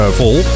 vol